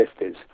50s